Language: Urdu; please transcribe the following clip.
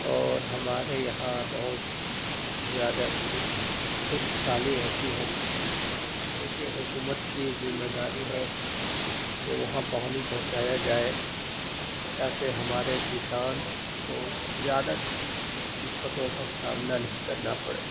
اور ہمارے یہاں بہت زیادہ خشک سالی رہتی ہے جو کہ حکومت کی ذمے داری ہے کہ وہاں پانی پہنچایا جائے تاکہ ہمارے کسان کو زیادہ دقتوں کا سامنا نہیں کرنا پڑے